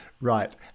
Right